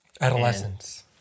Adolescence